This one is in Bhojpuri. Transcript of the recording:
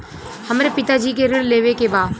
हमरे पिता जी के ऋण लेवे के बा?